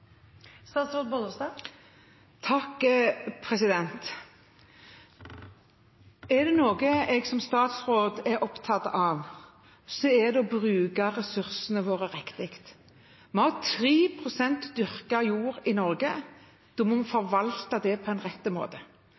statsråd er opptatt av, er det å bruke ressursene våre riktig. Vi har 3 pst. dyrket jord i Norge, og da må vi forvalte det på en rett måte.